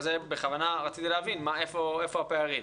בכוונה רציתי להבין איפה הפערים.